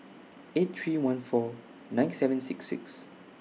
eight three one four nine seven six six